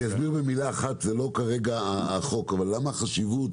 זה לא החוק, אבל למה החשיבות